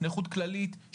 נכות נכות כללית,